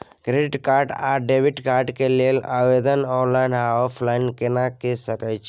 Credit card आ debit card के लेल आवेदन ऑनलाइन आ ऑफलाइन केना के सकय छियै?